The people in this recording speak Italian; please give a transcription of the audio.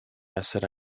essere